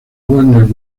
warner